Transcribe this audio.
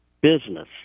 business